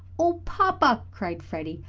oh, papa! cried freddie.